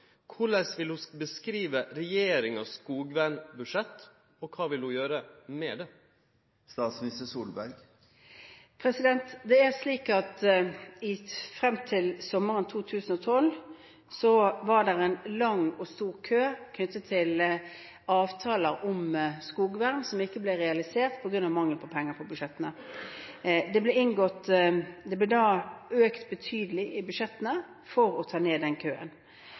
beskrive regjeringas skogvernbudsjett, og kva vil ho gjere med det? Frem til sommeren 2012 var det en lang og stor kø knyttet til avtaler om skogvern som ikke ble realisert på grunn av manglende penger på budsjettene. Budsjettene ble da økt betydelig for å ta ned den køen.